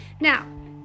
now